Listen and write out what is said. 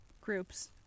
groups